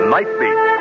Nightbeat